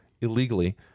illegally